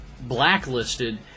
blacklisted